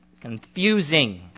confusing